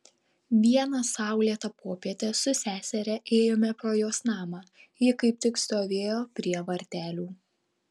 vieną saulėtą popietę su seseria ėjome pro jos namą ji kaip tik stovėjo prie vartelių